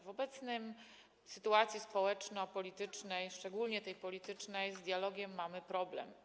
W obecnej sytuacji społeczno-politycznej, szczególnie tej politycznej, z dialogiem mamy problem.